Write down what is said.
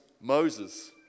Moses